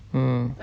mm